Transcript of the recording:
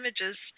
images